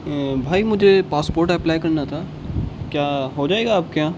بھائی مجھے passport apply کرنا تھا کیا ہو جائے گا آپ کے یہاں